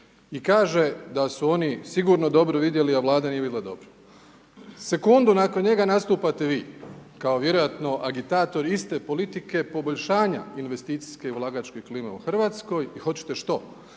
I kaže, da su oni sigurno dobro vidjeli, a Vlada nije vidjela dobro. Sekundu nakon njega nastupate vi, kao vjerojatno agitator iste politike poboljšanja investicijske ulagačke klime u RH i hoćete što?